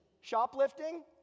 shoplifting